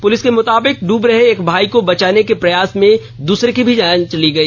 police के मुताबिक डूब रहे एक भाई को बचाने के प्रयास में दूसंरे की भी जान चली गई